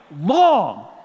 long